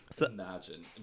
Imagine